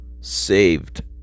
saved